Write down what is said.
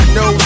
no